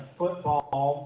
football